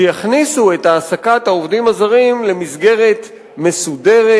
שיכניסו את העסקת העובדים הזרים למסגרת מסודרת,